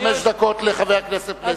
חמש דקות לחבר הכנסת פלסנר.